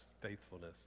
faithfulness